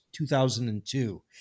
2002